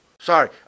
Sorry